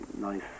nice